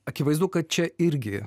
akivaizdu kad čia irgi